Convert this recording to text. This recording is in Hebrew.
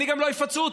גם לא יפצו אותי,